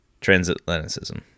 transatlanticism